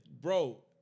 Bro